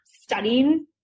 studying